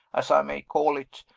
as i may call it,